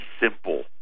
simple